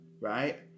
right